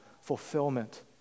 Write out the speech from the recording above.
fulfillment